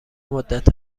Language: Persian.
مدت